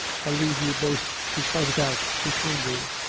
i leave you both to fight it out between you.